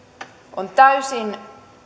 on täysin